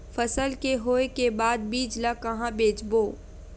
फसल के होय के बाद बीज ला कहां बेचबो?